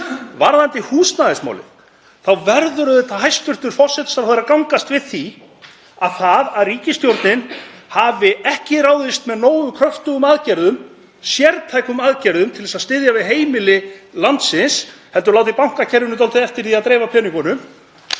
Varðandi húsnæðismálin þá verður hæstv. forsætisráðherra auðvitað að gangast við því að það að ríkisstjórnin hafi ekki ráðist með nógu kröftugum aðgerðum, sértækum aðgerðum, í að styðja við heimili landsins heldur látið bankakerfinu dálítið eftir að dreifa peningunum